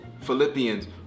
Philippians